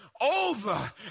over